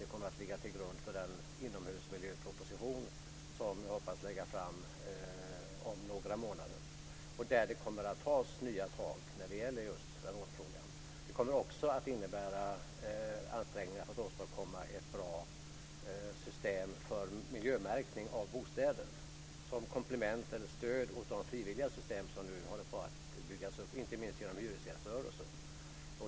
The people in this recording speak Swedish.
Det kommer att ligga till grund för den inomhusmiljöproposition som jag hoppas kunna lägga fram om några månader. Där kommer det att tas nya tag när det gäller just radonfrågan. Det kommer också att innebära ansträngningar för att åstadkomma ett bra system för miljömärkning av bostäder som komplement eller stöd åt de frivilliga system som nu håller på att byggas upp, inte minst av hyresgäströrelsen.